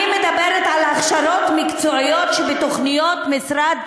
אני מדברת על הכשרות מקצועיות שבתוכניות המשרד,